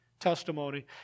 testimony